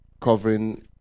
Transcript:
covering